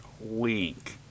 wink